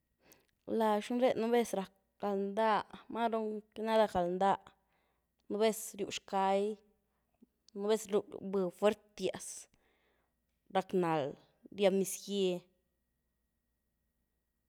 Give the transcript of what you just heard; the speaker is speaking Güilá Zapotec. Laxnu ré’ nú vez rack galndáh, máru náh rack galndáh, núh vez ryw xkay, nú vez ryw vëh fuertias, rack-nald, riëb niz-gye.